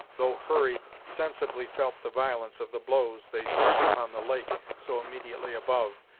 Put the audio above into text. though hurry sensibly felt the violence of the blows they struck upon the lake so immediately above,